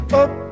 up